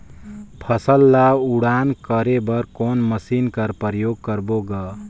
फसल ल उड़ान करे बर कोन मशीन कर प्रयोग करबो ग?